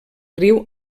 riu